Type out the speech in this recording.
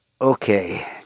Okay